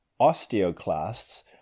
osteoclasts